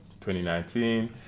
2019